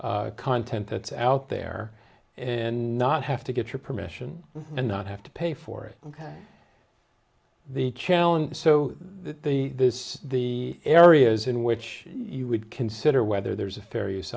content that's out there and not have to get your permission and not have to pay for it ok the challenge so the this the areas in which you would consider whether there's a